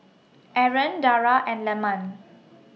Aaron Dara and Leman